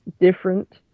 different